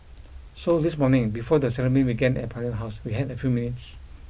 so this morning before the ceremony began at Parliament House we had a few minutes